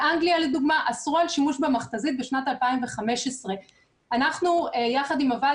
באנגליה לדוגמה אסרו על שימוש במכת"זית בשנת 2015. אנחנו יחד עם הוועד